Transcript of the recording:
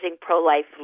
pro-life